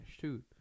shoot